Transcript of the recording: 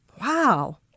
Wow